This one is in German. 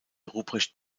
ruprecht